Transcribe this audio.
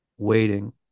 waiting